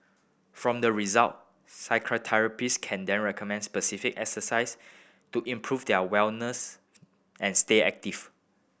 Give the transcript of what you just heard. from the result physiotherapist can then recommend specific exercise to improve their and stay active